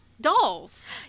dolls